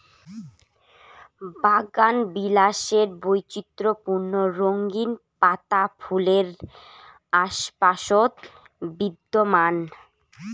বাগানবিলাসের বৈচিত্র্যপূর্ণ রঙিন পাতা ফুলের আশপাশত বিদ্যমান